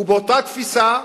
הוא באותה תפיסה,